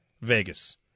Vegas